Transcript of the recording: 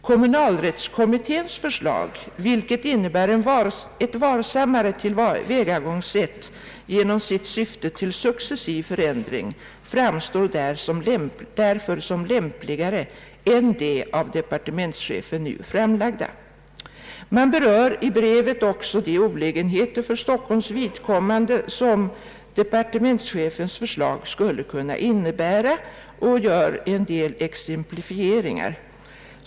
Kommunalrättskommitténs förslag, vilket innebär ett varsammare tillvägagångssätt genom sitt syfte till successiv förändring, framstår därför som lämpligare än det av departementschefen nu framlagda.» Man berör i brevet också de olägenheter för Stockholms vidkommande som departementschefens förslag skulle kunna innebära och gör en del exemplifieringar.